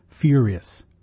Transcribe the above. furious